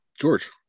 George